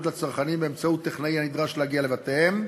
לצרכנים באמצעות טכנאי הנדרש להגיע לבתיהם,